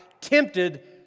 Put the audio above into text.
tempted